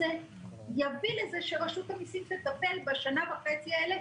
זה יביא לזה שרשות המסים תטפל בשנה וחצי האלה